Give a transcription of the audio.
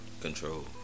control